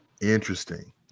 interesting